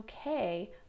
okay